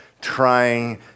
trying